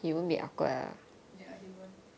ya he won't